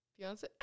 Beyonce